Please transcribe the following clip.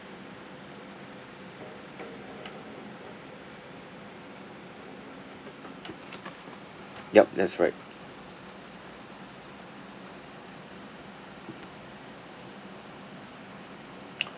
yup that's right